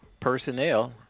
personnel